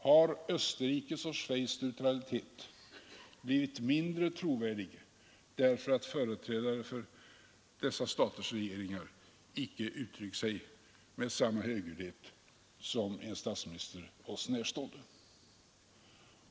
Har Österrikes och Schweiz neutralitet blivit mindre trovärdig därför att företrädare för dessa staters regeringar icke uttryckt sig med samma högljuddhet som en oss närstående statsminister?